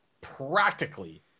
practically